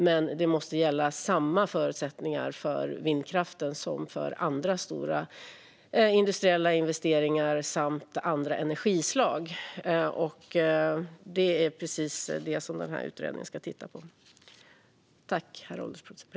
Men samma förutsättningar måste gälla för vindkraften som för andra stora industriella investeringar och andra energislag. Det är just detta som den här utredningen ska titta på.